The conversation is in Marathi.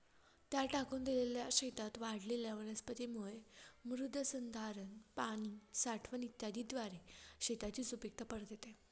त्या टाकून दिलेल्या शेतात वाढलेल्या वनस्पतींमुळे मृदसंधारण, पाणी साठवण इत्यादीद्वारे शेताची सुपीकता परत येते